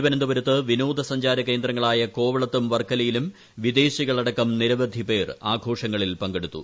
തിരുവനന്തപുരത്ത് വിനോദസഞ്ചാരകേന്ദ്രങ്ങളായ കോവളത്തും വർക്കലയിലും വിദേശികളടക്കം നിരവധിപേർ ആഘോഷങ്ങളിൽ പങ്കെടുത്തു